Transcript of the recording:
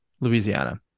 Louisiana